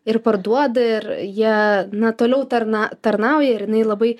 ir parduoda ir jie na toliau tarna tarnauja ir jinai labai